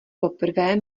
poprvé